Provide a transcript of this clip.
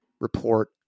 report